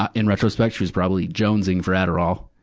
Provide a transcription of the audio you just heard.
ah in retrospect, she was probably jonesing for adderall,